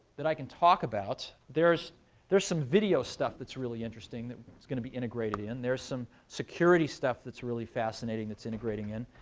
that i can talk about, there's there's some video stuff that's really interesting, that's going to be integrated in. there some security stuff that's really fascinating that's integrating in.